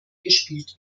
gespielt